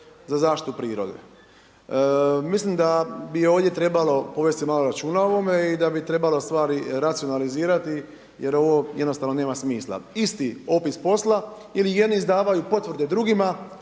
za zaštitu prirode. Mislim da bi ovdje trebalo povesti malo računa o ovome i da bi trebalo malo stvari racionalizirati, jer ovo jednostavno nema smisla. Isti opis posla ili jedni izdavaju potvrde drugima,